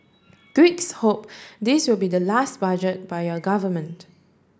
Greeks hope this will be the last budget by your government